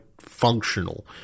functional